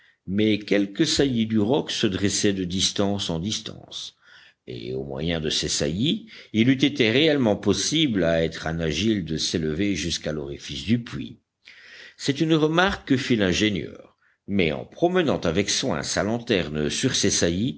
mais quelques saillies du roc se dressaient de distance en distance et au moyen de ces saillies il eût été réellement possible à un être agile de s'élever jusqu'à l'orifice du puits c'est une remarque que fit l'ingénieur mais en promenant avec soin sa lanterne sur ces